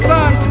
Sun